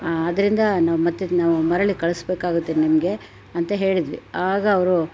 ಆದ್ದರಿಂದ ನಾವು ಮತ್ತೆ ನಾವು ಮರಳಿ ಕಳಿಸ್ಬೇಕಾಗುತ್ತೆ ನಿಮಗೆ ಅಂತ ಹೇಳಿದ್ವಿ ಆಗ ಅವರು